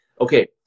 okay